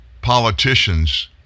politicians